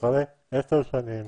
אחרי 10 שנים,